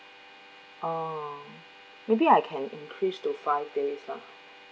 oh maybe I can increase to five days lah